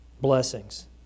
blessings